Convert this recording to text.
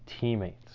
teammates